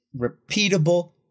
repeatable